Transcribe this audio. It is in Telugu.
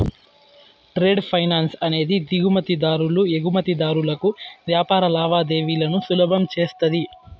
ట్రేడ్ ఫైనాన్స్ అనేది దిగుమతి దారులు ఎగుమతిదారులకు వ్యాపార లావాదేవీలను సులభం చేస్తది